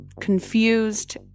confused